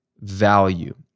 value